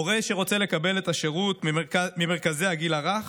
הורה שרוצה לקבל את השירות ממרכזי הגיל הרך,